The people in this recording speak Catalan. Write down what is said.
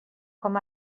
com